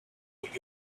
what